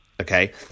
Okay